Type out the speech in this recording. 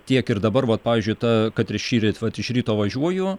tiek ir dabar vat pavyzdžiui ta kad ir šįryt vat iš ryto važiuoju